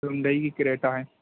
Hyundai کی Creta ہے